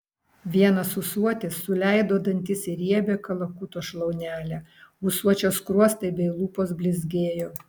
vienas ūsuotis suleido dantis į riebią kalakuto šlaunelę ūsuočio skruostai bei lūpos blizgėjo